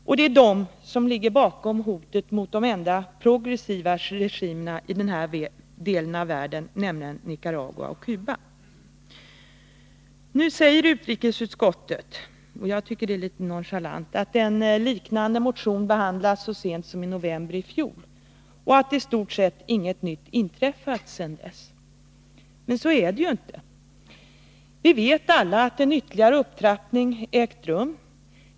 Och det är USA som ligger bakom hotet mot de enda progressiva regimerna i denna del av världen, nämligen Nicaragua och Cuba. Nu säger utrikesutskottet — jag tycker att det är litet nonchalant — att en liknande motion behandlats så sent som i november i fjol och att i stort sett inget nytt inträffat sedan dess. Men så är det ju inte. Vi vet alla att en ytterligare upptrappning ägt rum.